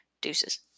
Deuces